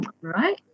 right